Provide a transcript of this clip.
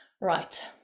Right